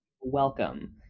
welcome